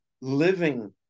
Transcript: living